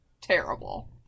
terrible